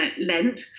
Lent